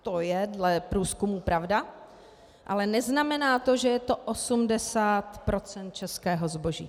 To je dle průzkumu pravda, ale neznamená to, že je to 80 % českého zboží.